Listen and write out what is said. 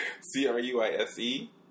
C-R-U-I-S-E